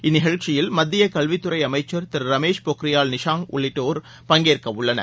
இந்நிகழ்ச்சியில் மத்திய கல்வித்துறை அமைச்சர் திரு ரமேஷ் பொக்ரியால் நிஷாங்க் உள்ளிட்டோர் பங்கேற்க உள்ளனர்